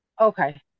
Okay